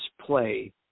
play